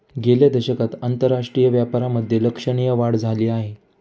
गेल्या दशकात आंतरराष्ट्रीय व्यापारामधे लक्षणीय वाढ झाली आहे